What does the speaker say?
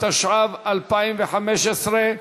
התשע"ו 2015,